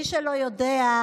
למי שלא יודע,